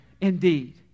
indeed